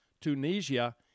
Tunisia